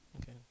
okay